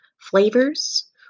flavors